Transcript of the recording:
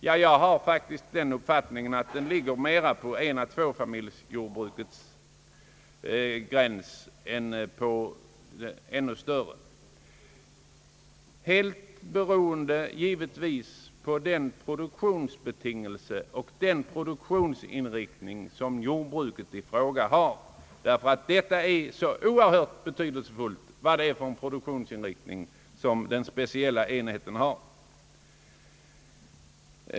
Jag har faktiskt den uppfattningen att den ligger mera vid enå tvåfamiljsjordbruk än vid ännu större jordbruk, givetvis helt beroende på de produktionsbetingelser och den produktionsinriktning som jordbruket i fråga har. Det är nämligen mycket betydelsefullt vilken produktionsinriktning den speciella enheten har.